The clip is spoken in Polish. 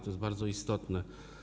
To jest bardzo istotne.